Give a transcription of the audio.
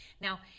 Now